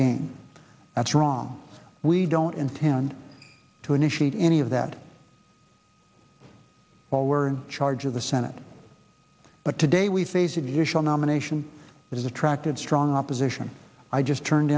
gain that's wrong we don't intend to initiate any of that while we're in charge of the senate but today we face additional nomination is attracted strong opposition i just turned